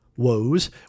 woes